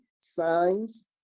signs